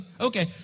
okay